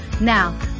Now